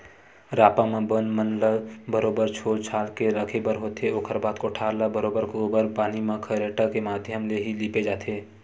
रापा म बन मन ल बरोबर छोल छाल के रखे बर होथे, ओखर बाद कोठार ल बरोबर गोबर पानी म खरेटा के माधियम ले ही लिपे जाथे